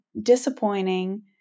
disappointing